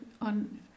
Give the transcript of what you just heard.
on